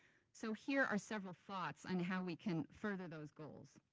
so here are several thoughts on how we can further those goals.